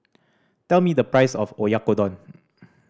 tell me the price of Oyakodon